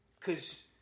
Cause